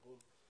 נכון?